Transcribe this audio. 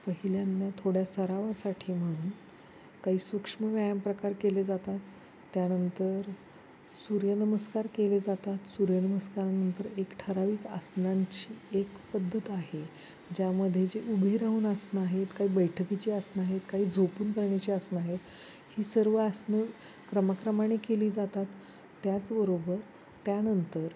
पहिल्याने थोड्या सरावासाठी म्हणून काही सूक्ष्म व्यायाम प्रकार केले जातात त्यानंतर सूर्यनमस्कार केले जातात सूर्यनमस्कारानंतर एक ठराविक आसनांची एक पद्धत आहे ज्यामध्ये जे उभे राहून आसनं आहेत काही बैठकीची आसनं आहेत काही झोपून करण्याची आसनं आहेत ही सर्व आसनं क्रमाक्रमाने केली जातात त्याचबरोबर त्यानंतर